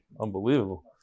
Unbelievable